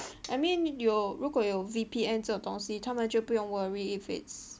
I mean 有如果有 V_P_N 这种东西他们就不用 worry if it's